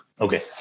okay